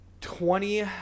Twenty